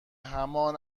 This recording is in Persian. همان